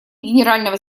генерального